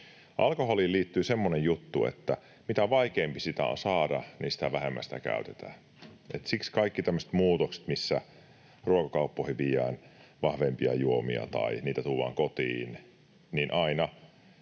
Alkoholiin liittyy semmoinen juttu, että mitä vaikeampi sitä on saada, sitä vähemmän sitä käytetään. Siksi kaikki tämmöiset muutokset, missä ruokakauppoihin viedään vahvempia juomia tai niitä tuodaan kotiin,